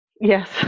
Yes